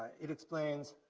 it explains,